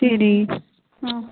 சரி ஆ